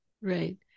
Right